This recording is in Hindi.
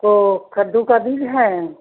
को कद्दू का बीज है